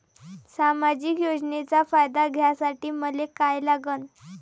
सामाजिक योजनेचा फायदा घ्यासाठी मले काय लागन?